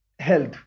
health